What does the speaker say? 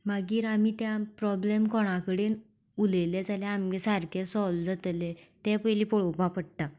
मागीर आमी त्या प्रॉबलम कोणा कडेन उलयलें जाल्यार आमचें सारकें सॉल्व जातलें तें पयलीं पळोवपाक पडटा